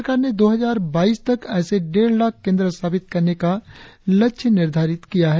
सरकार ने दो हजार बाईस तक ऐसे डेढ़ लाख केंद्र स्थापित करने का लक्ष्य निर्धारित किया है